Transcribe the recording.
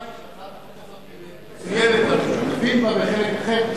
הצעת החוק הזו היא מצוינת ואנחנו שותפים בה בחלק אחר,